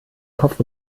kopf